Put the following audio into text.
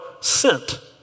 sent